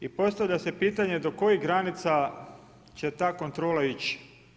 I postavlja se pitanje do kojih granica će ta kontrola ići.